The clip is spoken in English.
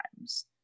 times